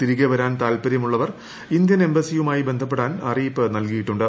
തിരികെ വരാൻ താൽപ്പര്യമുള്ളവർ ഇന്ത്യൻ എംബസിയുമായി ബന്ധപ്പെടാൻ അറിയിപ്പ് നൽകിയിട്ടുണ്ട്